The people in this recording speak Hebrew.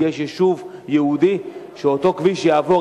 כי יישוב יהודי שאותו כביש יעבור,